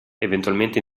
eventualmente